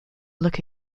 look